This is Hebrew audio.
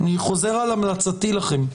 אני חוזר על המלצתי לכם.